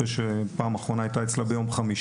אחרי שהפעם האחרונה שהיא הייתה אצלה הייתה ביום חמישי,